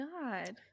God